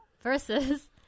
versus